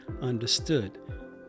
understood